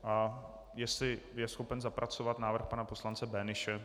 A jestli je schopen zapracovat návrh pana poslance Böhnische.